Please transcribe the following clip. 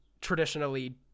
traditionally